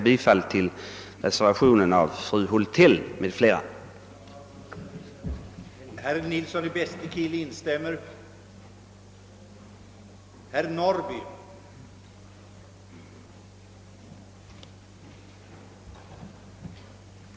Jag ber med detta att